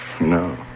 No